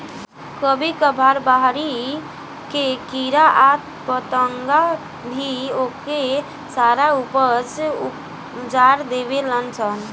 कभी कभार बहरी के कीड़ा आ पतंगा भी आके सारा ऊपज उजार देवे लान सन